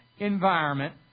Environment